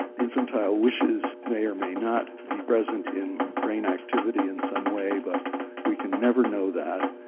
infantile wishes may or may not be present in brain activity in some way, but we can never know that.